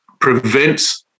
prevents